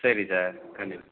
சரி சார் கண்டி